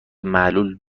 معلول